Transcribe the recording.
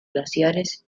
glaciares